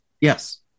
yes